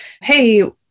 hey